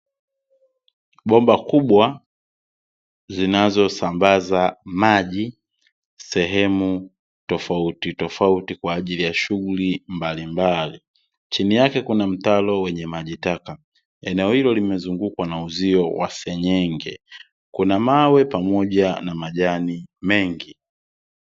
Bomba kubwa zinazosambaza maji sehemu tofautitofauti kwa ajili ya shughuli mbalimbali, chini yake kuna mtaro wenye maji taka. Eneo hilo limezungukwa na uzio wa senyenge, kuna mawe pamoja na majani mengi.